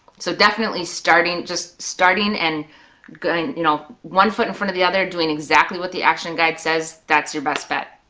so definitely just starting and going you know one foot in front of the other, doing exactly what the action guide says, that's your best bet.